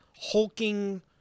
hulking